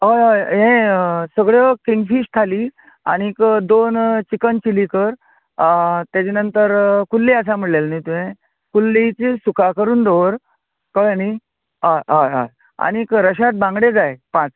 हय हय यें सगळ्यो किंग फिश थाली आनी दोन चिकन चिली कर तेजे नंतर कुल्ल्यो आसा म्हणलेलें तुवें कुल्लेचें सुका करून दवर कळलें न्ही होय हय हय आनी रशाद बांगडे जाय पांच